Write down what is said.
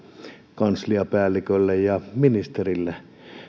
kansliapäällikölle ja ministerille